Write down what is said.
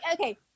okay